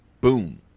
boom